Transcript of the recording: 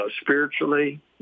spiritually